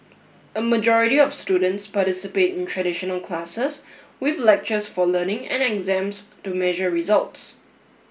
a majority of students participate in traditional classes with lectures for learning and exams to measure results